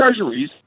treasuries